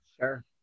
Sure